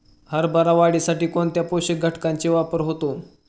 हरभरा वाढीसाठी कोणत्या पोषक घटकांचे वापर होतो?